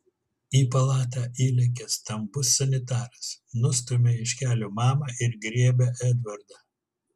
į palatą įlekia stambus sanitaras nustumia iš kelio mamą ir griebia edvardą